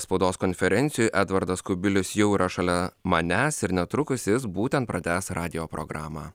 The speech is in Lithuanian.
spaudos konferencijoj edvardas kubilius jau yra šalia manęs ir netrukus jis būtent pratęs radijo programą